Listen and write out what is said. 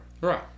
right